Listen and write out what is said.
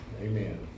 Amen